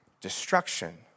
destruction